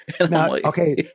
Okay